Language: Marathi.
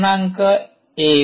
१